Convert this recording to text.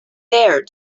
dare